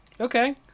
Okay